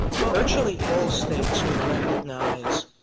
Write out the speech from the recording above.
virtually all states would recognize